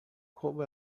como